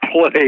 play